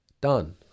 Done